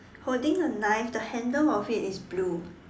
holding a knife the handle of it is blue